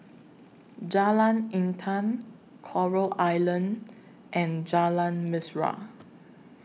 Jalan Intan Coral Island and Jalan Mesra